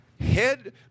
head